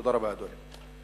תודה רבה, אדוני.